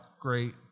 great